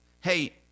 hey